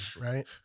right